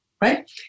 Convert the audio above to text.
right